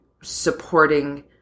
supporting